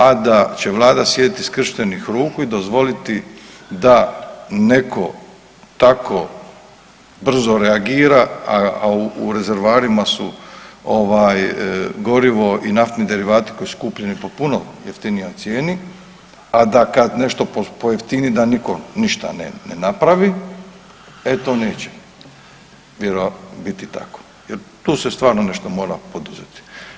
A da će Vlada sjediti skrštenih ruku i dozvoliti da netko tako brzo reagira, a u rezervoarima su ovaj gorivo i naftni derivati koji su kupljeni po puno jeftinijoj cijeni, a kad nešto pojeftini da nitko ništa ne napravi, e to neće biti tako jer tu se stvarno nešto mora poduzeti.